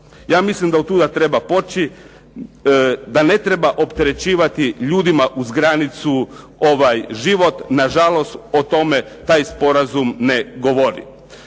Ja mislim da od tuda treba poći, da ne treba opterećivati ljudima uz granicu ovaj život. Nažalost, o tome taj sporazum ne govori.